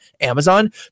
Amazon